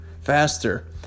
faster